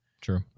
True